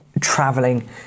traveling